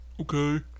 Okay